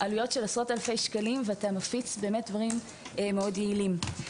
בעלות של עשרות אלפי שקלים ואפשר להפיץ דברים יעילים מאוד.